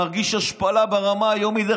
מרגיש השפלה ברמה היומית,